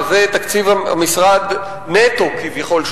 שזה תקציב המשרד נטו כביכול,